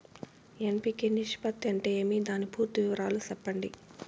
NPK నిష్పత్తి అంటే ఏమి దాని పూర్తి వివరాలు సెప్పండి?